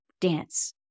dance